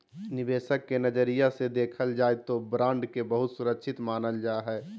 निवेशक के नजरिया से देखल जाय तौ बॉन्ड के बहुत सुरक्षित मानल जा हइ